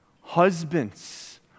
Husbands